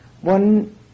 One